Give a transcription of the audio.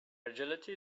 agility